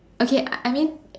okay I mean